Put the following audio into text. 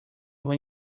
when